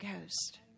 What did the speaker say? Ghost